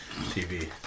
TV